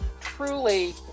truly